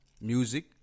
Music